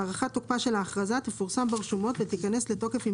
הארכת תוקפה של ההכרזה תפורסם ברשומות ותיכנס לתוקף עם